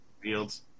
Fields